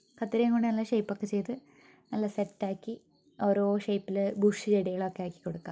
കത്രിക കൊണ്ടെല്ലാം ഷെയിപ്പൊക്കെ ചെയ്ത് നല്ല സെറ്റാക്കി ഓരോ ഷെയിപ്പില് ബുഷ് ചെടികളൊക്കെ ആക്കിക്കൊടുക്കുക